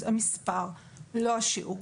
המספר, לא השיעור.